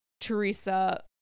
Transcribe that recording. Teresa